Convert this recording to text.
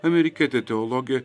amerikietė teologė